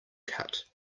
cut